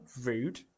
Rude